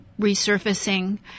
resurfacing